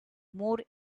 more